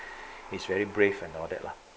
he's very brave and all that lah